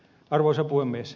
arvoisa puhemies